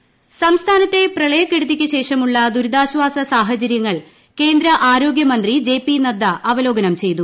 നദ്ദ സംസ്ഥാനത്തെ പ്രളയക്കെടുതിക്ക് ശേഷമുള്ള ദുരിതാശ്വാസ സാഹചര്യങ്ങൾ കേന്ദ്ര ആരോഗ്യമന്ത്രി ജെ പി നദ്ദ അവലോകനം ചെയ്തു